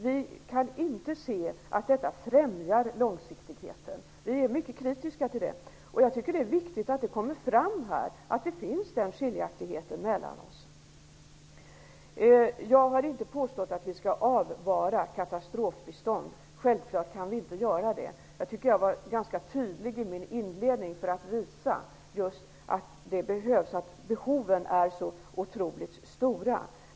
Vi kan inte se att det nya systemet främjar långsiktigheten, och vi är mycket kritiska till detta. Det är viktigt att det kommer fram här att det finns den skiljaktigheten mellan oss. Jag har inte påstått att katastrofbiståndet skall avvaras. Självfallet kan vi inte göra det. Jag var mycket tydlig i min inledning för att visa just att behoven är så otroligt stora.